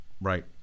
Right